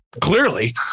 clearly